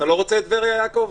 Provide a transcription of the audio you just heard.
לא רוצה את טבריה, יעקב?